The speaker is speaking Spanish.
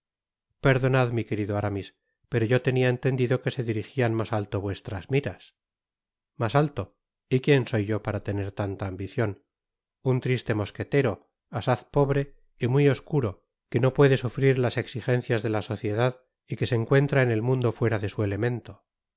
perdonad mi querido aramis pero yo tenia entendido que se dirigian mas alto vuestras miras mas alto y quien soy yo para tener tanta ambicion un triste mosquetero asaz pobre y muy oscuro que no puede sufrir las exigencias de la sociedad y que se encuentra en el mundo fuera de su elemento